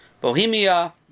Bohemia